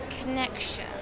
connection